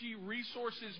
resources